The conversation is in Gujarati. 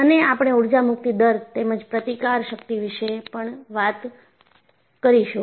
અને આપણે ઊર્જા મુક્તિ દર તેમજ પ્રતિકાર શક્તિ વિશે પણ વાત કરીશું